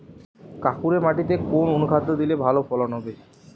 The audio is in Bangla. কাঁকুরে মাটিতে কোন অনুখাদ্য দিলে ভালো ফলন হবে?